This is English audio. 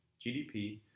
GDP